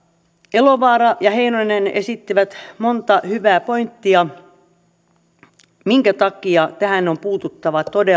elovaara ja heinonen esittivät monta hyvää pointtia siitä minkä takia tähän on puututtava todella